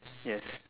yes